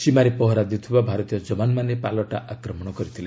ସୀମାରେ ପହରା ଦେଉଥିବା ଭାରତୀୟ ଯବାନମାନେ ପାଲଟା ଆକ୍ରମଣ କରିଥିଲେ